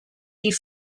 die